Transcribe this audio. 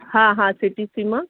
હા હા સીટીસીમાં